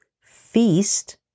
feast